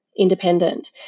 independent